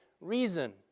reason